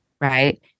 Right